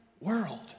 world